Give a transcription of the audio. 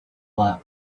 lot